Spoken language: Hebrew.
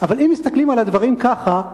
אבל אם מסתכלים על הדברים ככה,